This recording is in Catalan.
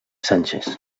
sánchez